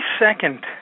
second